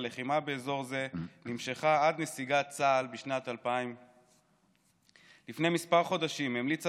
הלחימה באזור זה נמשכה עד נסיגת צה"ל בשנת 2000. לפני כמה חודשים המליצה